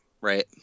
Right